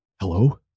Hello